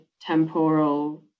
temporal